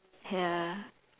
ya